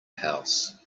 house